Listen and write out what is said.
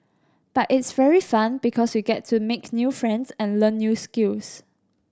but it's very fun because we get to make new friends and learn new skills